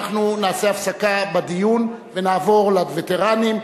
אנחנו נעשה הפסקה בדיון ונעבור לווטרנים.